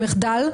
במחדל,